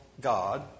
god